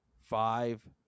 five